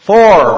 Four